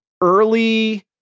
early